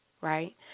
right